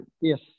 yes